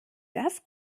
das